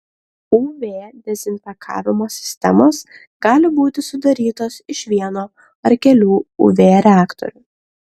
uv dezinfekavimo sistemos gali būti sudarytos iš vieno ar kelių uv reaktorių